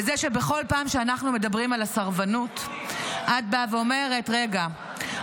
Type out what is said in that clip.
וזה שבכל פעם שאנחנו מדברים על הסרבנות את באה ואומרת: רגע,